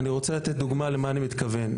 אני רוצה לתת דוגמה למה אני מתכוון,